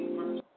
first